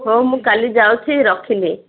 ହଉ ମୁଁ କାଲି ଯାଉଛି ରଖିଲି